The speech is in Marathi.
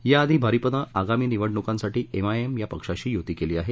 याआधी भारिपनं आगामी निवणुडकांसाठी एमआयएम या पक्षाशी युती केली आहे